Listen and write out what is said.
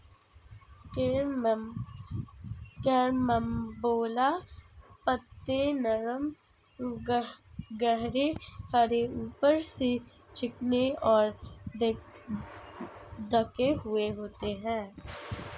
carambola पत्ते नरम गहरे हरे ऊपर से चिकने और ढके हुए होते हैं